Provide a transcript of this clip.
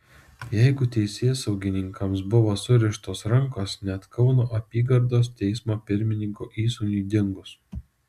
jeigu teisėsaugininkams buvo surištos rankos net kauno apygardos teismo pirmininko įsūniui dingus